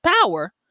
power